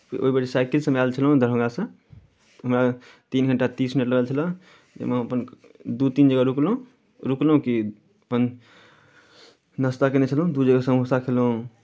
ओहि बेर साइकिलसँ हम आयल छलहुँ दरभंगासँ हमरा तीन घण्टा तीस मिनट लागल छलय जाहिमे अपन दू तीन जगह रुकलहुँ रुकलहुँ कि अपन नाश्ता कयने छलहुँ दू जगह समोसा खयलहुँ